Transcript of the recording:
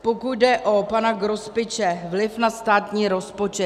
Pokud jde o pana Grospiče vliv na státní rozpočet.